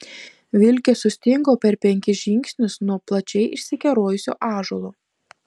vilkė sustingo per penkis žingsnius nuo plačiai išsikerojusio ąžuolo